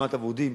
כמעט אבודים,